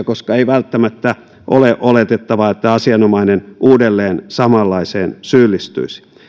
koska ei välttämättä ole oletettavaa että asianomainen uudelleen samanlaiseen syyllistyisi